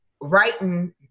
writing